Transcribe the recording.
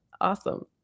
Awesome